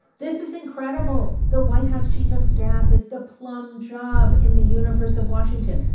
this is incredible. the white house chief of staff is the plum job in the universe of washington.